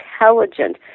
intelligent